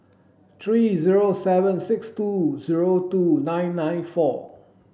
three zero seven six two zero two nine nine four